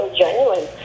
genuine